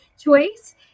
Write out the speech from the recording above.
choice